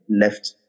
left